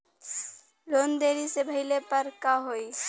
Loan देरी से भरले पर का होई?